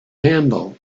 handle